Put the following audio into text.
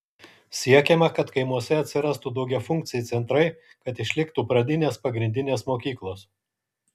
siekiama kad kaimuose atsirastų daugiafunkciai centrai kad išliktų pradinės pagrindinės mokyklos